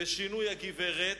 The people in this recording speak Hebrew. בשינוי הגברת,